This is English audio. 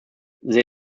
there